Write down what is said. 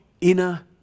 inner